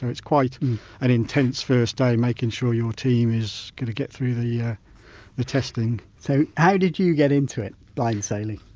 and it's quite an intense first day making sure your team is going to get through the yeah the testing. whiteso, so how did you get into it blind sailing?